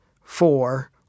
Four